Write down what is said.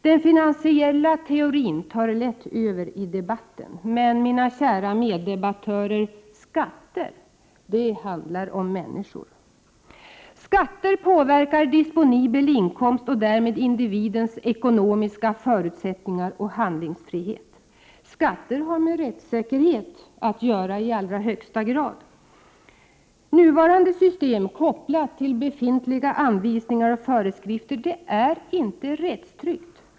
Den finansiella teorin tar lätt över i debatten. Men mina kära meddebattörer, skatter handlar om människor. Skatter påverkar disponibel inkomst och därmed individens ekonomiska förutsättningar och handlingsfrihet. Skatter har med rättssäkerhet att göra i allra högsta grad. Nuvarande system kopplat till befintliga anvisningar och föreskrifter är inte rättstryggt.